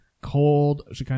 cold